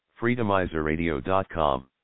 Freedomizerradio.com